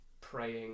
praying